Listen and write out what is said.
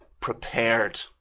prepared